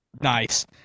Nice